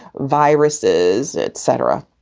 viruses, et cetera